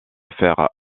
faire